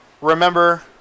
remember